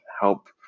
help